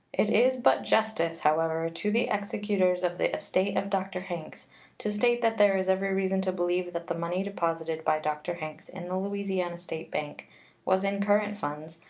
it is but justice, however, to the executors of the estate of dr. hanks to state that there is every reason to believe that the money deposited by dr. hanks in the louisiana state bank was in current funds,